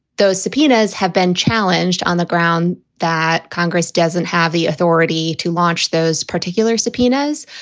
those subpoenas have been challenged on the grounds that congress doesn't have the authority to launch those particular subpoenas.